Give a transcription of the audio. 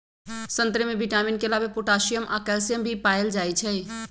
संतरे में विटामिन के अलावे पोटासियम आ कैल्सियम भी पाएल जाई छई